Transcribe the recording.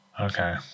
Okay